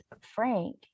Frank